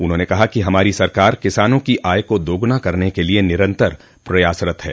उन्होंने कहा कि हमारी सरकार किसानों की आय को दोगुना करन के लिए निरंतर प्रयासरत है